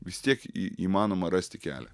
vis tiek į įmanoma rasti kelią